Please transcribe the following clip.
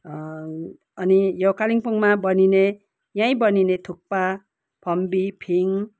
अनि यो कालिम्पोङमा बनिने यहीँ बनिने थुक्पा फम्बी फिङ